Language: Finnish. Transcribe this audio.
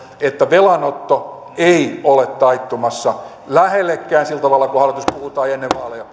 että velanotto ei ole taittumassa lähellekään sillä tavalla kuin hallitus puhuu tai ennen vaaleja